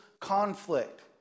conflict